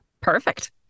Perfect